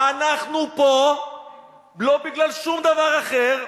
אנחנו פה לא בגלל שום דבר אחר,